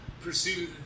pursue